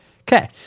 Okay